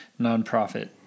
nonprofit